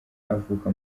avuka